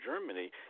Germany